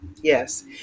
Yes